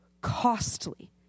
costly